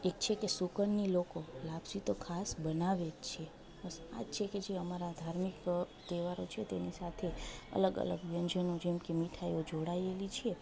એક છે કે સુકનની લોકો લાપસી તો ખાસ બનાવે જ છે બસ આ જ છે કે જે અમારા ધાર્મિક તહેવારો છે તેની સાથે અલગ અલગ વ્યંજનો જેમ કે મીઠાઈઓ જોડાએલી છે